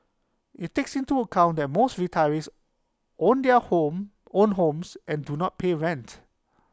IT takes into account that most retirees own their homes own homes and do not pay rent